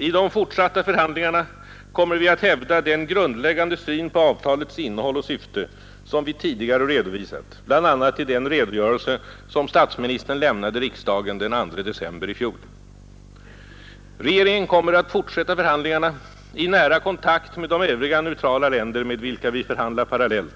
I de fortsatta förhandlingarna kommer vi att hävda den grundläggande syn på avtalets innehåll och syfte som vi tidigare redovisat bl.a. i den redogörelse som statsministern lämnade riksdagen den 2 december i fjol. Regeringen kommer att fortsätta förhandlingarna i nära kontakt med de övriga neutrala länder med vilka vi förhandlar parallellt